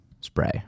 spray